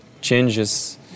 changes